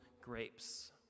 grapes